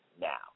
now